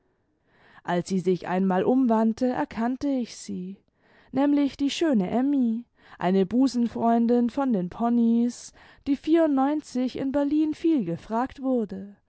als sie sich einmal umwandte erkannte ich sie nämlich die schöne emmy eine busenfreundin von den ponys die in berlin viel gefragt wurde